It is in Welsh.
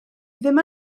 ddim